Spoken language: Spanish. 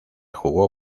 jugó